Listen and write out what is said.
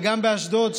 וגם באשדוד,